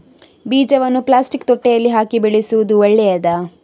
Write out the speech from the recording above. ಬೀಜವನ್ನು ಪ್ಲಾಸ್ಟಿಕ್ ತೊಟ್ಟೆಯಲ್ಲಿ ಹಾಕಿ ಬೆಳೆಸುವುದು ಒಳ್ಳೆಯದಾ?